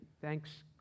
Thanks